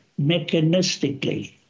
mechanistically